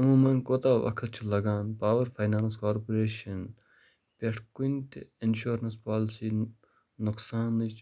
عموٗمًا کوٗتاہ وقت چھُ لگان پاوَر فاینانَس کارپوریشن پٮ۪ٹھ کُنہِ تہِ انشورنَس پالیسی نۄقصانٕچ